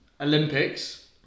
Olympics